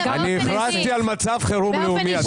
הכרזתי על מצב חירום לאומי.